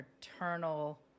paternal